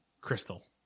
Crystal